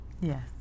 Yes